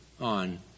on